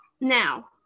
Now